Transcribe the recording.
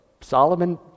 Solomon